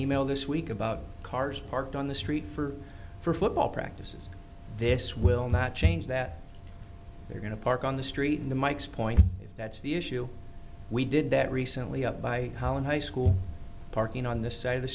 email this week about cars parked on the street for for football practices this will not change that they're going to park on the street in the mike's point that's the issue we did that recently up by how in high school parking on this side of the